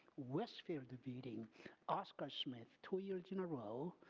westfield beating oscar smith two years in a row,